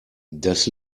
das